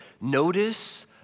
Notice